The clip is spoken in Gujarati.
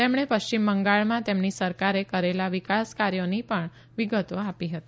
તેમણે પશ્ચિમ બંગાળમાં તેમની સરકારે કરેલા વિકાસ કાર્યોની પણ વિગતો આપી હતી